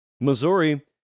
Missouri